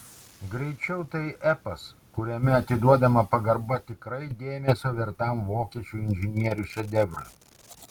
greičiau tai epas kuriame atiduodama pagarba tikrai dėmesio vertam vokiečių inžinierių šedevrui